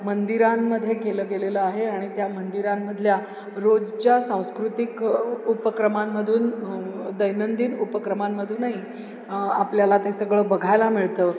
मंदिरांमध्ये केलं गेलेलं आहे आणि त्या मंदिरांमधल्या रोजच्या सांस्कृतिक उपक्रमांमधून दैनंदिन उपक्रमांमधूनही आपल्याला ते सगळं बघायला मिळतं